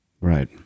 Right